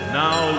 now